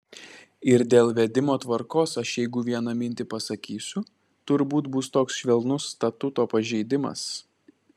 ir dėl vedimo tvarkos aš jeigu vieną mintį pasakysiu turbūt bus toks švelnus statuto pažeidimas